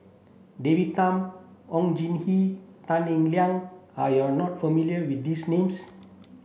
David Tham Oon Jin Gee Tan Eng Liang are you are not familiar with these names